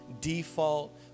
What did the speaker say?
Default